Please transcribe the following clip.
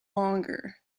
longer